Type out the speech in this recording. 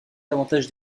davantage